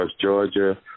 Georgia